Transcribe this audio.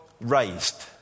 raised